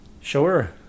Sure